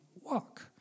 walk